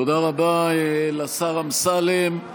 תודה רבה לשר אמסלם.